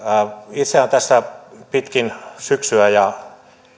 on tässä pitkin syksyä ja